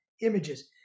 images